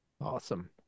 Awesome